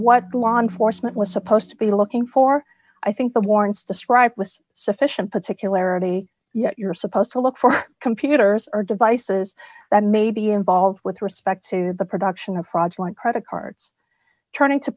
what the law enforcement was supposed to be looking for i think the warrants described was sufficient particularly yet you're supposed to look for computers or devices that may be involved with respect to the production of fraudulent credit cards turning to